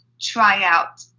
tryout